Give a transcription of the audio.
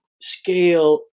scale